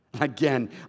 Again